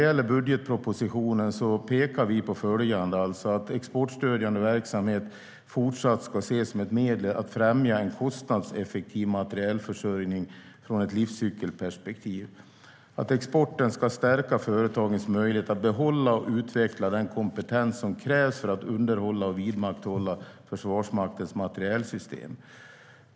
I budgetpropositionen pekar vi på följande: Exportstödjande verksamhet ska fortsatt ses som ett medel för att främja en kostnadseffektiv materielförsörjning ur ett livscykelperspektiv. Exporten ska stärka företagens möjligheter att behålla och utveckla den kompetens som krävs för att underhålla och vidmakthålla Försvarsmaktens materielsystem.